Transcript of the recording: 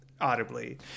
audibly